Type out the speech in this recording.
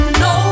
no